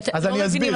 לא מבינים,